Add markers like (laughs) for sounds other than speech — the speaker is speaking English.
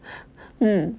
(laughs) mm